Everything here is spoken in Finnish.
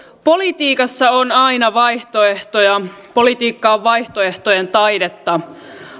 politiikassa on aina vaihtoehtoja politiikka on vaihtoehtojen taidetta